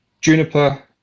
juniper